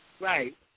Right